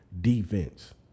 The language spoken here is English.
defense